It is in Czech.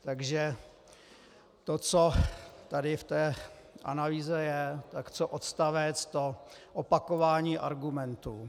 Takže to, co tady v té analýze je, tak co odstavec, to opakování argumentů.